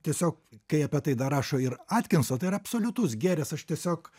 tiesiog kai apie tai dar rašo ir atkinso tai yra absoliutus gėris aš tiesiog